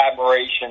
admiration